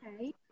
Okay